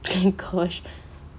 oh gosh